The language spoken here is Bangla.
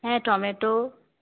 হ্যাঁ টমেটো